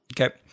Okay